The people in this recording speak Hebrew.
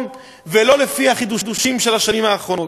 ולא לפי החידושים של השנים האחרונות,